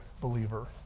believer